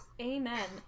amen